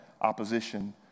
Opposition